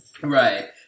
Right